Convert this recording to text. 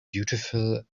beautiful